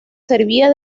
servía